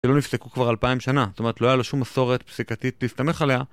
שלא נפסקו כבר אלפיים שנה, זאת אומרת לא היה לו שום מסורת פסיקתית להסתמך עליה